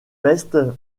peste